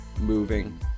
moving